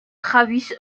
travis